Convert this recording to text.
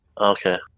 Okay